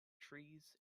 trees